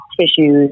tissues